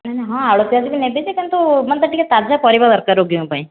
ହଁ ଆଳୁ ପିଆଜ ବି ନେବି ଯେ କିନ୍ତୁ ମାନେ ଟିକେ ତାଜା ପରିବା ଦରକାର ରୋଗୀଙ୍କ ପାଇଁ